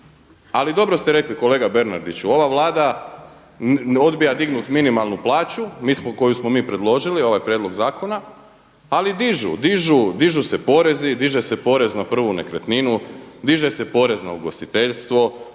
Ali dobro ste rekli kolega Bernardiću, ova Vlada odbija dignuti minimalnu plaću koju smo mi predložili ovaj prijedlog zakona ali dižu, dižu se porezi, diže se porez na prvu nekretninu, diže se porez na ugostiteljstvo,